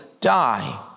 die